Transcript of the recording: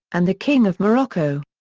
and the king of morocco.